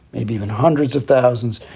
maybe even hundreds of thousands.